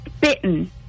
bitten